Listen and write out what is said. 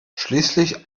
schließlich